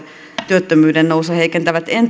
työttömyyden nousu heikentävät